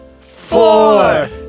four